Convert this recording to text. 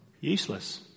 useless